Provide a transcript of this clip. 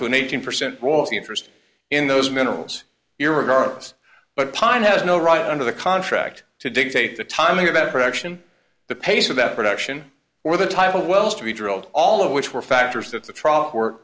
to an eighteen percent royalty interest in those minerals your regards but pine has no right under the contract to dictate the timing of a production the pace of that production or the type of wells to be drilled all of which were factors that the trough w